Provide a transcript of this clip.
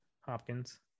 Hopkins